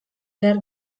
behar